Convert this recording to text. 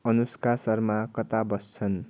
अनुष्का शर्मा कता बस्छन्